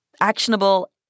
actionable